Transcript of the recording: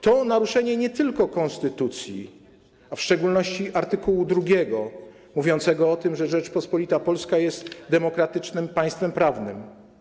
To naruszenie nie tylko konstytucji, a w szczególności art. 2 mówiącego o tym, że Rzeczpospolita Polska jest demokratycznym państwem prawnym.